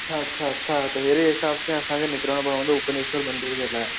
अच्छा अच्छा अच्छा त हेड़े हिसाब से असांखे निकिरणो पवंदो उपनेश्वर मंदर जे लाइ